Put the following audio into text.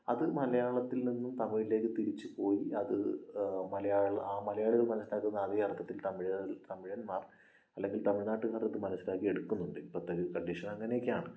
അത് മലയാളത്തിൽ നിന്നും തമിഴിലേക്ക് തിരിച്ചുപോയി അത് മലയാളികൾ മനസ്സിലാക്കുന്ന അതെ അർത്ഥത്തിൽ തമിഴന്മാർ അല്ലെങ്കിൽ തമിഴ്നാട്ടുകാർ അത് മനസ്സിലാക്കിയെടുക്കുന്നുണ്ട് ഇപ്പോളത്തെയൊരു കണ്ടീഷൻ അങ്ങനെയൊക്കെയാണ്